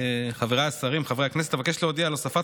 חבריי השרים, חברי הכנסת, אבקש להודיע על הוספת